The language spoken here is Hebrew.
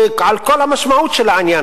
לקחת אחד מבני משפחתו לאשפוז,